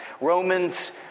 Romans